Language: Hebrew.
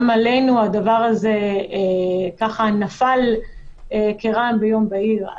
גם עלינו הדבר הזה נפל כרעם ביום בהיר.